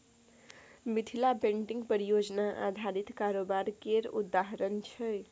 Mithila painting परियोजना आधारित कारोबार केर उदाहरण छै